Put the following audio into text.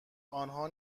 آنها